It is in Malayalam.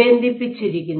ബന്ധിപ്പിച്ചിരിക്കുന്നു